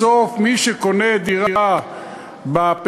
בסוף מי שקונה דירה בפריפריה,